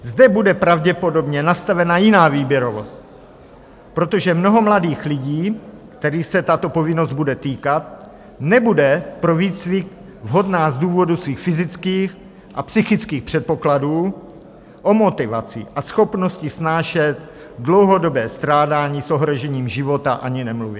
Zde bude pravděpodobně nastavena jiná výběrovost, protože mnoho mladých lidí, kterých se tato povinnost bude týkat, nebude pro výcvik vhodná z důvodu svých fyzických a psychických předpokladů, o motivaci a schopnosti snášet dlouhodobé strádání s ohrožením života ani nemluvě.